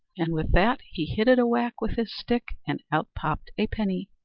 and with that he hit it a whack with his stick and out hopped a penny.